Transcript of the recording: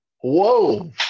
Whoa